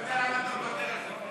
לא יודע למה אתה מוותר על זה.